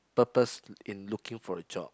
purpose in looking for a job